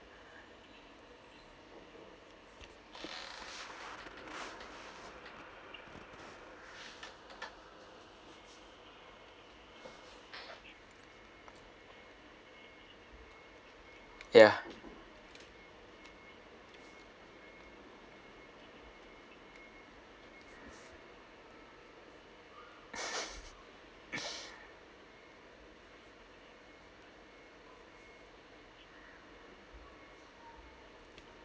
yeah